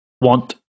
want